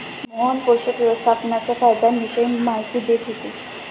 मोहन पोषक व्यवस्थापनाच्या फायद्यांविषयी माहिती देत होते